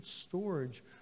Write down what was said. storage